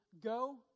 go